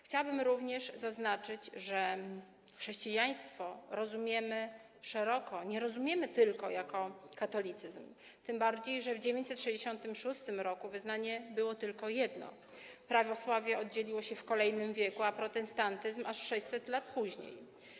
Chciałabym również zaznaczyć, że chrześcijaństwo rozumiemy szeroko, rozumiemy je nie tylko jako katolicyzm, tym bardziej że w 966 r. wyznanie było tylko jedno, prawosławie oddzieliło się w kolejnym wieku, a protestantyzm - aż 600 lat później.